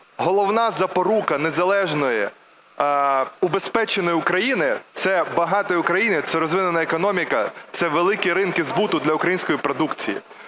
головна запорука незалежної убезпеченої України, багатої України - це розвинена економіка, це великі ринки збуту для української продукції.